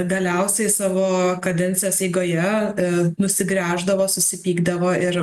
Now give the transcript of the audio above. galiausiai savo kadencijos eigoje nusigręždavo susipykdavo ir